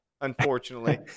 unfortunately